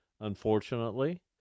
unfortunately